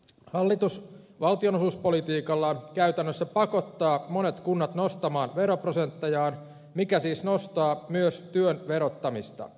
hallitus valtionosuuspolitiikallaan käytännössä pakottaa monet kunnat nostamaan veroprosenttejaan mikä siis nostaa myös työn verottamista